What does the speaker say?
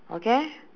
okay